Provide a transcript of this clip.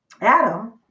Adam